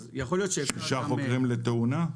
אז יכול להיות --- 6 חוקרים לתאונה?